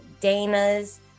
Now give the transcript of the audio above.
Dana's